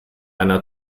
einer